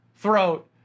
throat